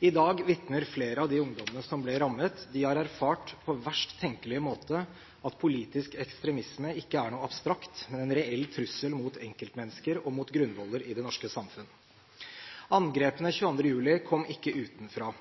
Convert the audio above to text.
I dag vitner flere av de ungdommene som ble rammet. Det har erfart – på verst tenkelige måte – at politisk ekstremisme ikke er noe abstrakt, men en reell trussel mot enkeltmennesker og mot grunnvoller i det norske samfunn. Angrepene 22. juli kom ikke utenfra.